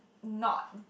not